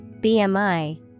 BMI